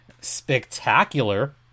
Spectacular